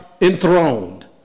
enthroned